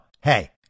hey